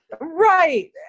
Right